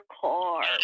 car